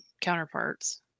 counterparts